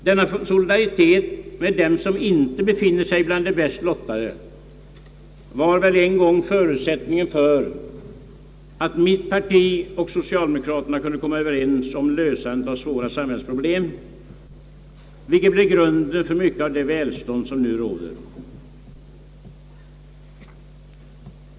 Denna solidaritet mot dem som inte befinner sig bland de bäst lottade var väl en gång förutsättningen för att mitt parti och socialdemokraterna kunde komma överens om lösandet av svåra samhällsproblem, vilket blev grunden för mycket av det välstånd som nu råder.